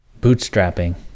bootstrapping